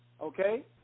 Okay